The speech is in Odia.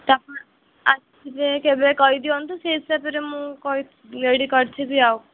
ତ ଆପଣ ଆସିବେ କେବେ କହିଦିଅନ୍ତୁ ସେଇ ହିସାବରେ ମୁଁ କହି ରେଡ଼ି କରିଥିବି ଆଉ